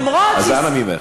למרות, אז אנא ממך.